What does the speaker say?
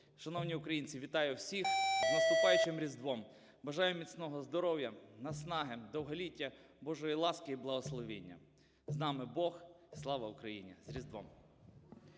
Шановні українці, вітаю всіх з наступаючим Різдвом! Бажаю міцного здоров'я, наснаги, довголіття, Божої ласки і благословення! З нами Бог! Слава Україні! З Різдвом!